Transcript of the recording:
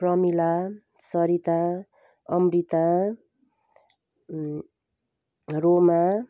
Pramila Sarita Amrita Roma